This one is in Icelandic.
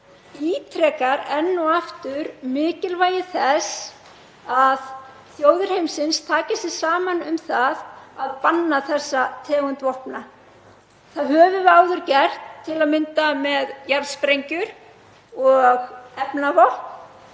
undirstrikar enn og aftur mikilvægi þess að þjóðir heimsins taki sig saman um að banna þessa tegund vopna. Það höfum við áður gert, til að mynda með jarðsprengjur og efnavopn.